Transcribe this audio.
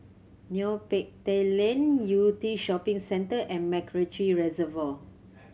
Neo Pee Teck Lane Yew Tee Shopping Centre and MacRitchie Reservoir